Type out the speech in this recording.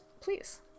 please